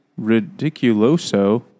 Ridiculoso